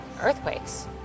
earthquakes